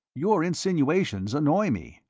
your insinuations annoy me.